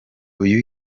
uyu